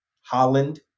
Holland